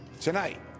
Tonight